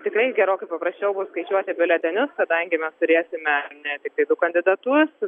tikrai gerokai paprasčiau bus skaičiuoti biuletenius kadangi mes turėsime ne tiktai du kandidatus